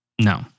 no